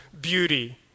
beauty